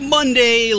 Monday